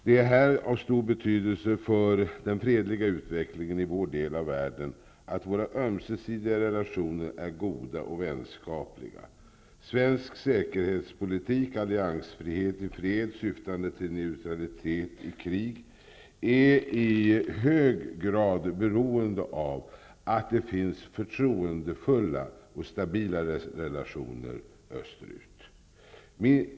Det är här av stor betydelse för den fredliga utvecklingen i vår del av världen att våra ömsesidiga relationer är goda och vänskapliga. Svensk säkerhetspolitik -- alliansfrihet i fred, syftande till neutralitet i krig -- är i hög grad beroende av att det finns förtroendefulla och stabila relationer österut.